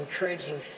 encouraging